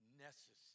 necessary